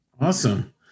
Awesome